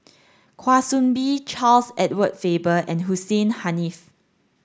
Kwa Soon Bee Charles Edward Faber and Hussein Haniff